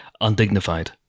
undignified